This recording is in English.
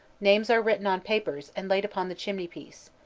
names are written on papers, and laid upon the chimney-piece.